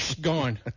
gone